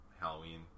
Halloween